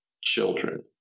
children